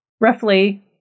Roughly